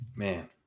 Man